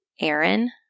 Aaron